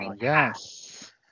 yes